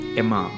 Emma